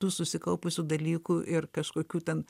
tų susikaupusių dalykų ir kažkokių ten